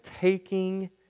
taking